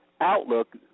outlook